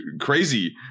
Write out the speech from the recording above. crazy